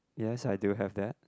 yes I do have that